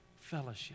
fellowship